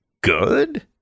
good